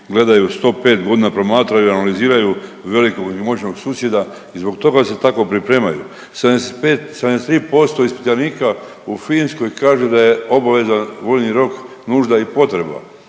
gledaju, 105 godina promatraju i analiziraju velikog i moćnog susjeda, i zbog toga se tako pripremaju. 75, 73% ispitanika u Finskoj kaže da je obavezan vojni rok nužda i potreba.